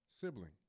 sibling